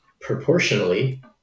proportionally